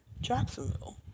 Jacksonville